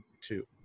two